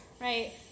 right